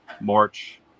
March